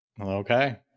Okay